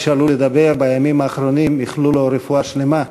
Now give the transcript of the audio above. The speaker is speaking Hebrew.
כשעלו לדבר בימים האחרונים איחלו לו רפואה שלמה.